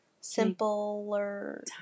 Simpler